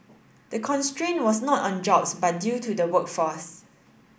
the constraint was not on jobs but due to the workforce